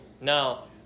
Now